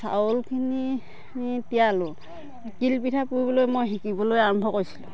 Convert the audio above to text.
চাউলখিনি তিয়ালোঁ তিল পিঠা পুৰিবলৈ মই শিকিবলৈ আৰম্ভ কৰিছিলোঁ